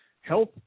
health